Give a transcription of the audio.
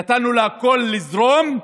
נתנו לכול לזרום,